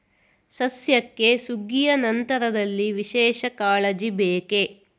ಸಸ್ಯಕ್ಕೆ ಸುಗ್ಗಿಯ ನಂತರದಲ್ಲಿ ವಿಶೇಷ ಕಾಳಜಿ ಬೇಕೇ?